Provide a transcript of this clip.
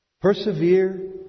Persevere